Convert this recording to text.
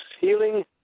healing